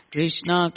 Krishna